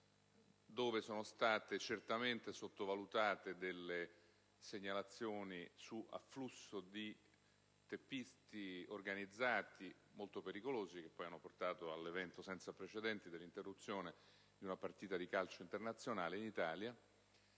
dove sono state certamente sottovalutate alcune segnalazioni sull'afflusso di teppisti organizzati molto pericolosi, che poi hanno portato all'evento senza precedenti dell'interruzione di una partita di calcio internazionale in Italia.